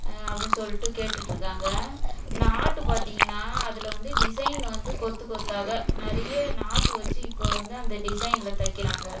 அப்படின் சொல்லிட்டு கேட்டுட்டுருக்காங்க நாட்டு பார்த்தீங்கன்னா அதில் வந்து டிசைன் வந்து கொத்து கொத்தாக நிறைய நாட்டு வச்சு இப்போ வந்து அந்த டிசைனில் தக்கிறாங்க